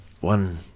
One